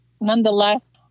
nonetheless